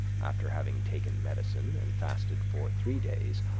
after having taken medicine, and fasted for three days,